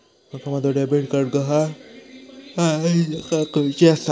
माका माझो debit card गहाळ झाल्याची तक्रार करुची आसा